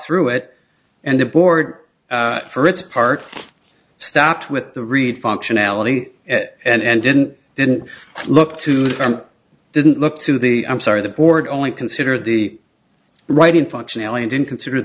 through it and the board for its part stopped with the read functionality and didn't didn't look too didn't look to the i'm sorry the board only consider the writing functionality didn't consider